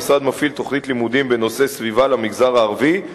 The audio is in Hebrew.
המשרד מפעיל תוכנית לימודים בנושא סביבה למגזר הערבי,